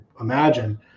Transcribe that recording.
imagine